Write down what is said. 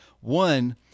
one